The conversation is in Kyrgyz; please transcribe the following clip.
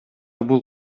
бул